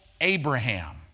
Abraham